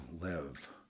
live